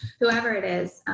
whoever it is.